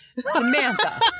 Samantha